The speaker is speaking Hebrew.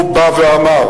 הוא בא ואמר,